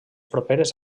properes